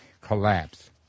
collapse